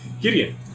Gideon